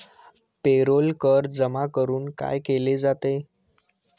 Payroll कर जमा करून काय केले जाते?